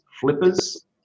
flippers